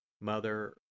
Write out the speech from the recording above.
Mother